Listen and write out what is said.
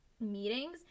meetings